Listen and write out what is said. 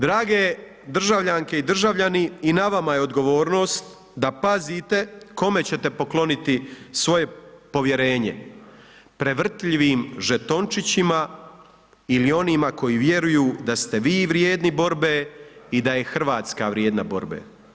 Drage državljanke i državljani, i na vama je odgovornost da pazite kome ćete pokloniti svoje povjerenje, prevrtljivim žetončićima ili onima koji vjeruju da ste vi vrijedni borbe i da je Hrvatska vrijedna borbe.